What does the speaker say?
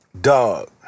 Dog